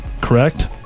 correct